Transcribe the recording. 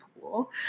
cool